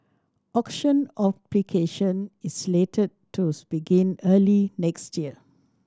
auction application is slated to begin early next year